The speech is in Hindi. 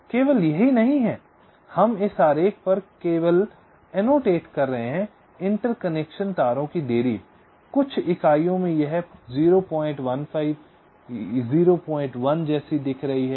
केवल यही नहीं है कि हम इस आरेख पर केवल एनोटेट कर रहे हैं इंटरकनेक्शन तारों की देरी कुछ इकाइयों में यह 015 01 जैसी दिख रही है